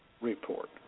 report